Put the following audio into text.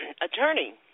Attorney